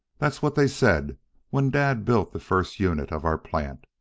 that's what they said when dad built the first unit of our plant,